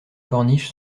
corniche